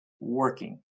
working